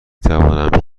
توانم